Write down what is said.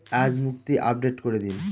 আজ মুক্তি আপডেট করে দিন